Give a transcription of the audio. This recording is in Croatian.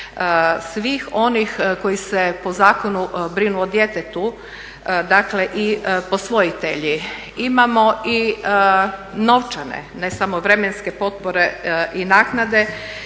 svih onih koji se po zakonu brinu o djetetu, dakle i posvojitelji. Imamo i novčane, ne samo vremenske potpore i naknade